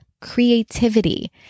creativity